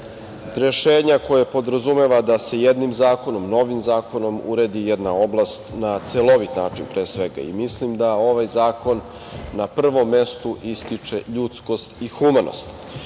Rešenja koje podrazumeva da se jednim zakonom, novim zakonom uredi jedna oblast na celovit način. Mislim da ovaj zakon na prvom mestu ističe ljudskost i humanost. Kada